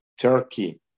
Turkey